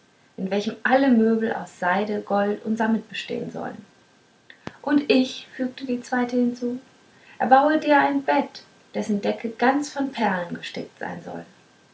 in welchem alle möbel aus seide gold und sammet bestehen sollen und ich fügte die zweite hinzu erbaue dir ein bett dessen decke ganz von perlen gestickt sein soll